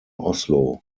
oslo